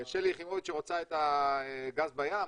שלי יחימוביץ' שרוצה את הגז בים?